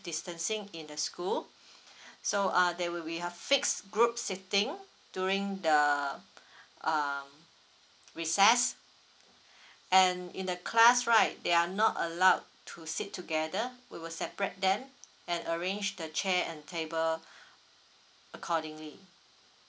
distancing in the school so uh they will be have fixed group sitting during the uh recess and in the class right they are not allowed to sit together we will separate them and arrange the chair and table accordingly